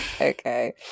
okay